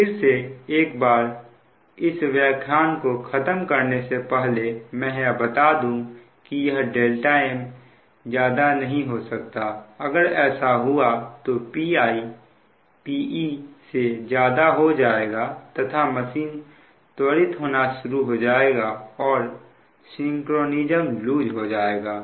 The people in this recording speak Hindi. फिर से एक बार इस व्याख्यान को खत्म करने से पहले मैं यह बता दूं कि यह δmज्यादा नहीं हो सकता अगर ऐसा हुआ तो Pi Pe से ज्यादा हो जाएगा तथा मशीन त्वरित होना शुरू हो जाएगी और सिंक्रोनीजम लूज़ हो जाएगा